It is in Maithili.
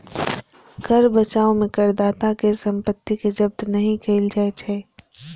कर बचाव मे करदाता केर संपत्ति कें जब्त नहि कैल जाइ छै